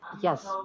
Yes